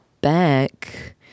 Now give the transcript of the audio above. back